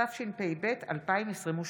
התשפ"ב 2022,